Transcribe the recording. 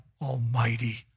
Almighty